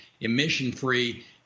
emission-free